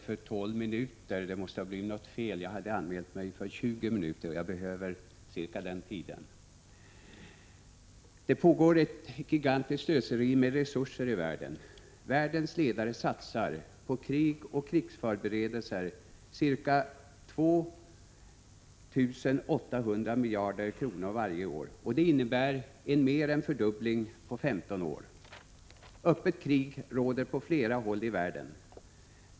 Fru talman! Det pågår ett gigantiskt slöseri med resurser i världen. Världens ledare satsar ca 2 800 milajarder kronor varje år på krig och krigsförberedelser, och det innebär mer än en fördubbling på 15 år. Öppet krig råder på flera håll i världen.